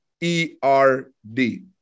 E-R-D